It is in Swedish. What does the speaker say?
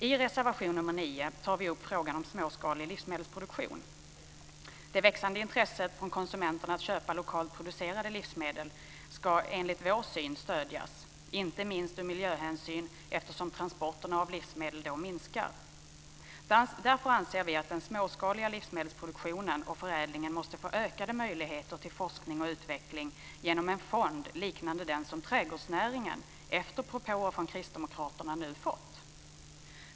I reservation nr 9 tar vi upp frågan om småskalig livsmedelsproduktion. Det växande intresset från konsumenterna av att köpa lokalt producerade livsmedel ska enligt vår syn stödjas - inte minst av miljöhänsyn, eftersom transporterna av livsmedel då minskar. Därför anser vi att den småskaliga livsmedelsproduktionen och förädlingen måste få ökade möjligheter till forskning och utveckling genom en fond liknande den som trädgårdsnäringen efter propåer från Kristdemokraterna nu har fått.